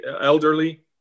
elderly